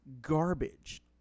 garbage